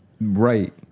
right